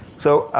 so,